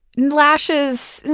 lashes,